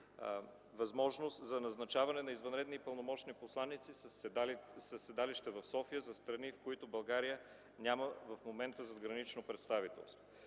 възможност за назначаване на извънредни и пълномощници посланици със седалище в София за страни, с които България в момента няма задгранични представителства.